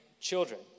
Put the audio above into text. children